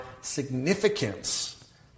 significance